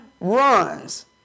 runs